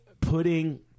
putting